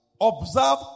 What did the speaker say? observe